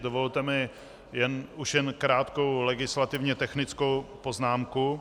Dovolte mi už jen krátkou legislativně technickou poznámku.